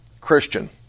Christian